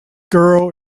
girl